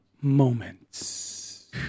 moments